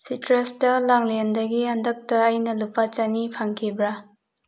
ꯁꯤꯇ꯭ꯔꯁꯇ ꯂꯥꯡꯂꯦꯟꯗꯒꯤ ꯍꯟꯗꯛꯇ ꯑꯩꯅ ꯂꯨꯄꯥ ꯆꯅꯤ ꯐꯡꯈꯤꯕ꯭ꯔꯥ